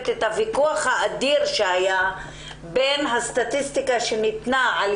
את הוויכוח האדיר שהיה על הפער בין הסטטיסטיקה שניתנה על